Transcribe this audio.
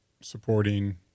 supporting